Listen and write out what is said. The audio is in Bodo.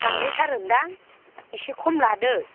बांद्रायथारोन्दां एसे खम लादो